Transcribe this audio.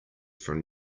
from